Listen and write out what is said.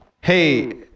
hey